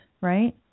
right